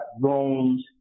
drones